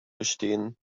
bestehen